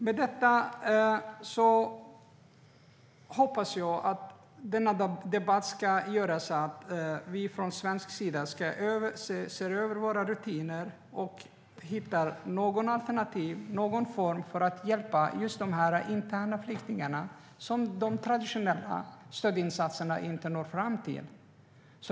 Jag hoppas att denna debatt ska leda till att vi från svensk sida ser över våra rutiner och hittar någon form för att hjälpa just de interna flyktingarna, som de traditionella stödinsatserna inte når fram till.